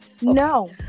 No